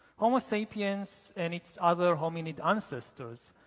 homo sapiens and its other hominid ancestors,